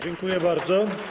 Dziękuję bardzo.